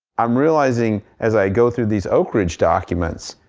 i'm realizing as i go through these oak ridge documents,